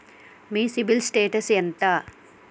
మీ CIBIL status ఎంత?